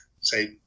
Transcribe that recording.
say